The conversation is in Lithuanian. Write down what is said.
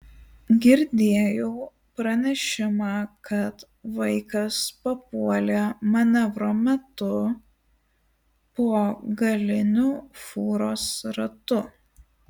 girdėjau pranešimą kad vaikas papuolė manevro metu po galiniu fūros ratu